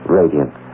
radiant